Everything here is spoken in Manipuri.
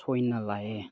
ꯁꯣꯏꯅ ꯂꯥꯛꯑꯦ